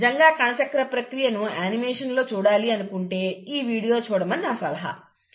మీరు నిజంగా కణచక్ర ప్రక్రియను అనిమేషన్లో చూడాలి అనుకుంటే ఈ వీడియోని చూడమని నా సలహా